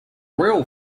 royal